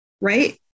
right